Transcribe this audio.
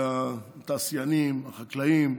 התעשיינים, החקלאים,